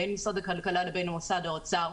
בין משרד הכלכלה לבין משרד האוצר,